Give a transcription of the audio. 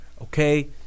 okay